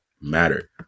matter